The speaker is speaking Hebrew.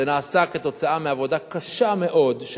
זה נעשה כתוצאה מעבודה קשה מאוד של